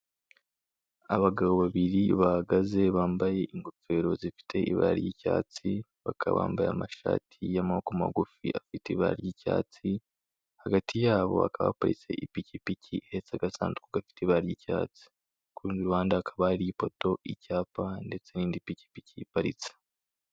Abagabo babiri bahagaze bambaye ingofero zifite ibara ry'icyatsi, baka bambaye amashati y'amabako magufi afite ibara ry'icyatsi, hagati yabo hakaba haparitse ipikipiki ihetse agasanduku gafite ibara ry'icyatsi, ku rundi ruhande hakaba hari ipoto, icyapa ndetse n'indi pikipiki iparitse.